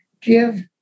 give